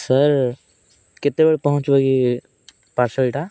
sir କେତେବଳେ ପହଞ୍ଚିବ କି ପାର୍ସଲ୍ଟା